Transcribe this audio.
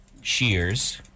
shears